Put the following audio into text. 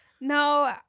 No